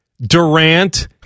Durant